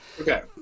Okay